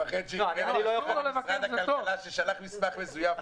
הוא מפחד ש --- משרד הכלכלה ששלך מסמך מזויף.